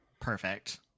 Perfect